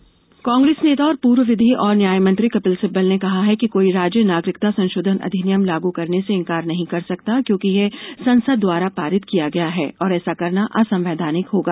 कपिल सिब्बल कांग्रेस नेता और पूर्व विधि और न्याय मंत्री कपिल सिब्बल ने कहा है कि कोई राज्य नागरिकता संशोधन अधिनियम लागू करने से इंकार नहीं कर सकता क्योंकि यह संसद द्वारा पारित किया गया है और ऐसा करना असंवैधानिक होगा